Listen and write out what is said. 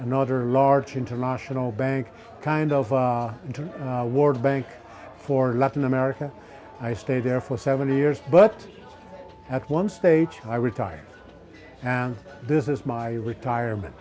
another large international bank kind of into the world bank for latin america i stayed there for seven years but at one stage i retired and this is my retirement